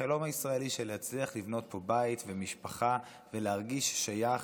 החלום הישראלי של להצליח לבנות פה בית ומשפחה ולהרגיש שייך